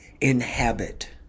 inhabit